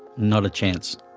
not a chance,